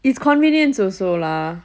it's convenience also lah